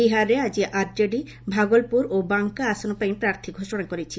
ବିହାରରେ ଆଜି ଆରଜେଡି ଭାଗଲପୁର ଓ ବାଙ୍କା ଆସନ ପାଇଁ ପ୍ରାର୍ଥୀ ଘୋଷଣା କରିଛି